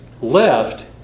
left